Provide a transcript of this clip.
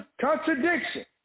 contradiction